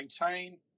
maintain